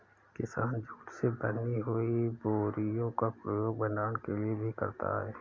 किसान जूट से बनी हुई बोरियों का प्रयोग भंडारण के लिए भी करता है